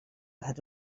had